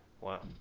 Wow